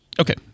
Okay